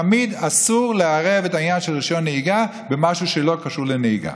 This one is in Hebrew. תמיד אסור לערב את העניין של רישיון נהיגה עם משהו שלא קשור לנהיגה.